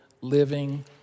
living